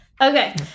okay